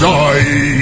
die